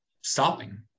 stopping